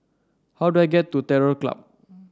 how do I get to Terror Club